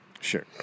Sure